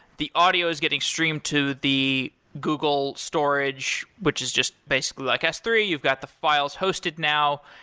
the audio is getting streamed to the google storage, which is just basically like s three. you've got the files hosted now.